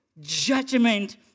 Judgment